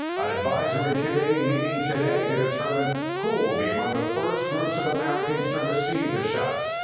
an advisory committee meeting today to determine who will be among the first groups of americans to receive the shots.